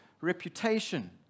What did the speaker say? reputation